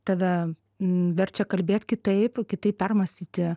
tave verčia kalbėt kitaip kitaip permąstyti